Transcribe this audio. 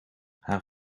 haar